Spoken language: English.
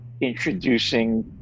introducing